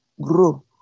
grow